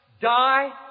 die